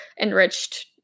enriched